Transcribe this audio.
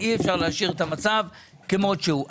אי אפשר להשאיר את המצב כמות שהוא.